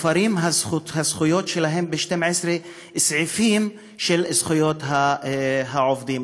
הזכויות שלהם מופרות ב-12 סעיפים של זכויות העובדים.